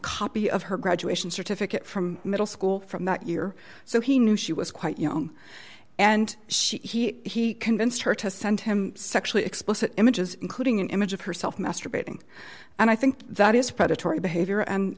copy of her graduation certificate from middle school from that year so he knew she was quite young and she he convinced her to send him sexually explicit images including an image of herself masturbating and i think that is predatory behavior and